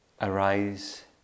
arise